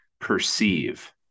perceive